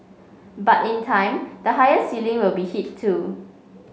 but in time the higher ceiling will be hit too